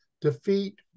defeat